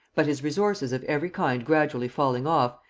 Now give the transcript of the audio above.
but his resources of every kind gradually falling off,